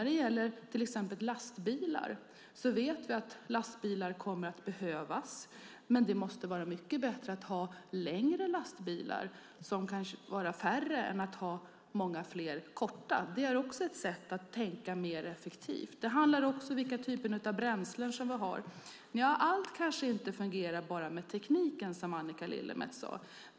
Det gäller även exempelvis lastbilar, som vi vet kommer att behövas. Men vi måste vara mycket bättre på att ha längre lastbilar som kan vara färre än att ha många fler korta lastbilar. Det är också ett sätt att tänka mer effektivt. Det handlar också om vilka typer av bränslen som vi har. Allt kanske inte fungerar bara med tekniken, som Annika Lillemets sade.